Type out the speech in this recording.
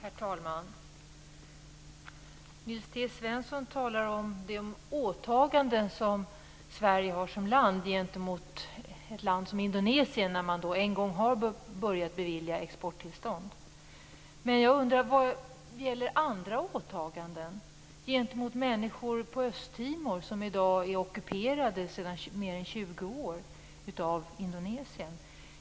Herr talman! Nils T Svensson talar om det åtagande som Sverige har som land gentemot ett land som Indonesien när man en gång har börjat bevilja exporttillstånd. Men gäller då andra åtaganden gentemot människor på Östtimor, som sedan mer än 20 år är ockuperat av Indonesien?